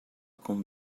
cum